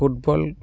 football